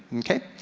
okay?